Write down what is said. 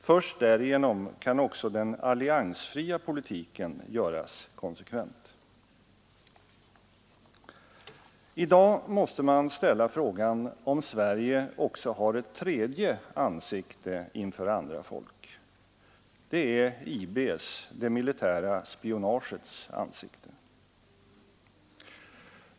Först därigenom kan också den alliansfria politiken göras konsekvent. I dag måste man ställa frågan om Sverige också har ett tredje ansikte inför andra folk. Det är IB:s, det militära spionagets ansikte.